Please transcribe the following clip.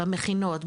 במכינות,